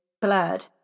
blurred